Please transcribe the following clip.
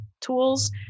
tools